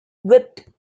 whipped